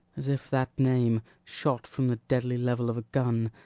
as if that name, shot from the deadly level of a gun,